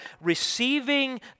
receiving